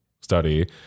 study